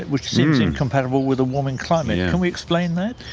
which seems incompatible with a warming climate. can we explain that?